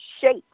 shape